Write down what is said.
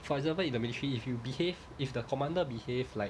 for example in the military if you behave if the commander behave like